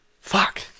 Fuck